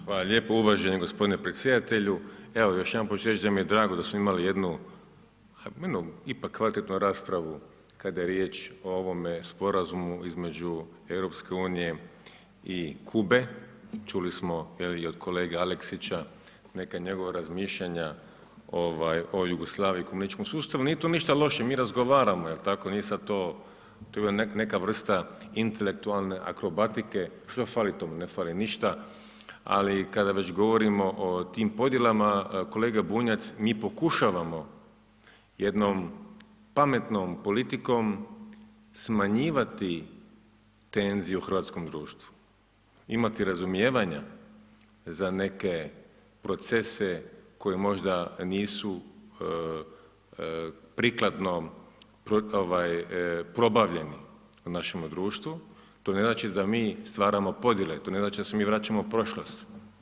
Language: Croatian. Hvala lijepo uvaženi gospodine predsjedatelju, evo još jedan put ću reć da mi je drago da smo imali jednu, jednu ipak kvalitetnu raspravu kada je riječ o ovome Sporazumu između EU i Kube, čuli smo je li i od kolege Aleksića neka njegova razmišljanja ovaj o Jugoslaviji i komunističkom sustavu, ali nije tu ništa loše mi razgovaramo jel tako, nije sad to, to je bila neka vrsta intelektualne akrobatike, što fali tome, ne fali ništa, ali kada već govorimo o tim podjelama kolega Bunjac mi pokušavamo jednom pametnom politikom smanjivati tenziju u hrvatskom društvu, imati razumijevanja za neke procese koji možda nisu prikladnom ovaj probavljeni u našemu društvu, to ne znači da mi stvaramo podjele, to ne znači da se mi vraćamo prošlosti.